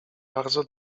bardzo